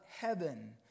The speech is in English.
heaven